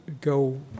go